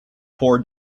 poor